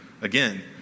again